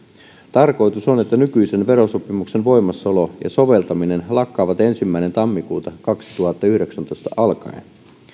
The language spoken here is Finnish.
tarkoitus on että nykyisen verosopimuksen voimassaolo ja soveltaminen lakkaavat ensimmäinen tammikuuta kaksituhattayhdeksäntoista alkaen